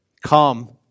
come